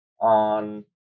on